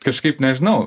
kažkaip nežinau